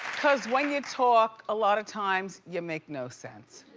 cause when you talk, a lot of times you make no sense.